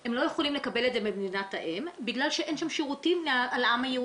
הם לא יכולים לקבל את זה ממדינת-האם בגלל שאין שם שירותים לעם היהודי,